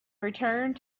returned